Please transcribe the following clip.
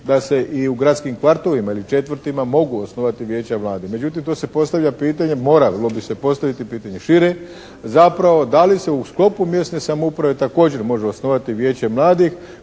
da se i u gradskim kvartovima ili četvrtima mogu osnovati vijeća mladih. Međutim, to se postavlja pitanje, moralo bi se postaviti pitanje šire, zapravo da li se u sklopu mjesne samouprave također može osnovati vijeće mladih